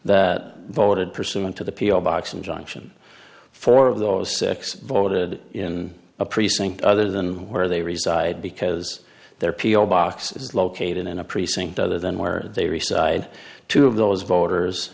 that voted pursuant to the p o box injunction four of those six voted in a precinct other than where they reside because they're p o box is located in a precinct other than where they re side two of those voters